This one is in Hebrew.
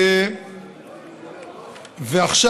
עכשיו,